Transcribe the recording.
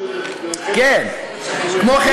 כמו כן,